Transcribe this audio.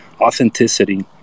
authenticity